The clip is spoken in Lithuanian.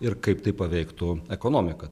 ir kaip tai paveiktų ekonomiką